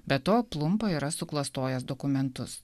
be to plumpa yra suklastojęs dokumentus